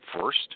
first